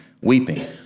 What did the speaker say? weeping